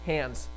Hands